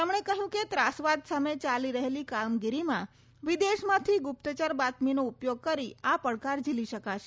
તેમણે કહ્યું કે ત્રાસવાદ સામે ચાલી રહેલી કામગીરીમાં વિદેશમાંથી ગુપ્તચર બાતમીનો ઉપયોગ કરી આ પડકાર ઝીલી શકાશે